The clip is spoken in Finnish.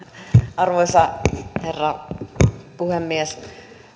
arvoisa herra puhemies